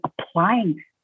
applying